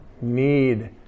need